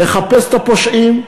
לחפש את הפושעים,